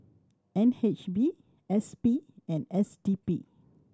N H B S P and S D P